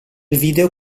video